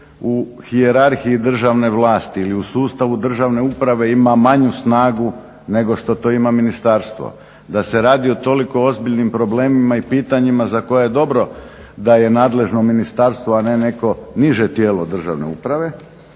u hijerarhiji državne vlasti ili u sustavu državne uprave ima manju snagu nego što to ima ministarstvo, da se radi o toliko ozbiljnim problemima i pitanjima za koja je dobro da je nadležno ministarstvo, a ne neko niže tijelo državne uprave